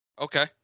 Okay